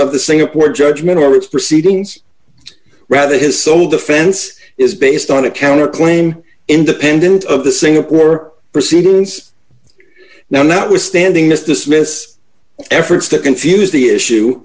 of the singapore judgment or its proceedings rather his sole defense is based on a counter claim independent of the singapore proceedings now notwithstanding this dismiss efforts to confuse the issue